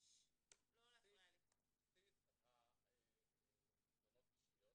של תאונות אישיות